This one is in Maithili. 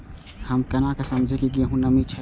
हम केना समझये की गेहूं में नमी ने छे?